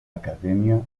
academia